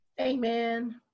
Amen